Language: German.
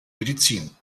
medizin